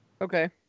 okay